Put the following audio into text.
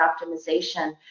optimization